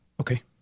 Okay